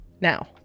now